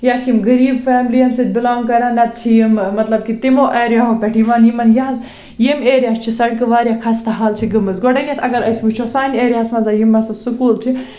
یا چھِ یِم غریٖب فیملِیَن سۭتۍ بِلانٛگ کران نَتہٕ چھِ یِم مطلب کہِ تِمو اٮ۪ریاہو پٮ۪ٹھ یِوان یِمَن یِہ ہہ ییٚمۍ ایریا چھِ سَڑکہٕ واریاہ خستہٕ حال چھِ گٔمٕژ گۄڈٕنٮ۪تھ اگر أسۍ وٕچھو سانہِ ایریاہَس منٛز یِم ہسا سُکوٗل چھِ